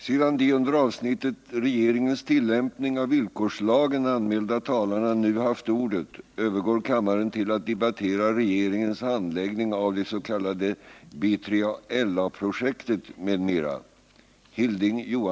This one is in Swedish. Sedan de under avsnittet Regeringens tillämpning av villkorslagen anmälda talarna nu haft ordet övergår kammaren till att debattera Regeringens handläggning av det s.k. B3LA-projektet m.m.